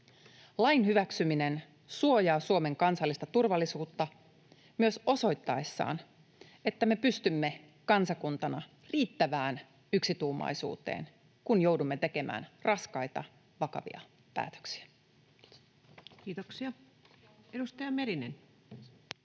Lain hyväksyminen suojaa Suomen kansallista turvallisuutta myös osoittaessaan, että me pystymme kansakuntana riittävään yksituumaisuuteen, kun joudumme tekemään raskaita, vakavia päätöksiä. [Speech 192] Speaker: